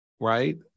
right